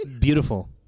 Beautiful